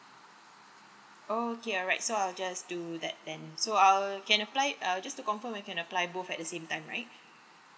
oh okay alright so I'll just do that then so I'll can applied uh just to confirm we can apply both at the same time right